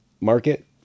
market